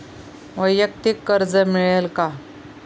वैयक्तिक कर्ज मिळेल का?